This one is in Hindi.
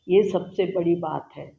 ये सबसे बड़ी बात है